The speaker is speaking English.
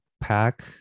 pack